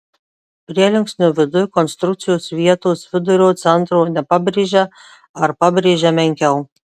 prielinksnio viduj konstrukcijos vietos vidurio centro nepabrėžia ar pabrėžia menkiau